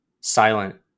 silent